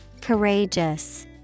Courageous